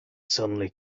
suddenly